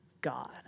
God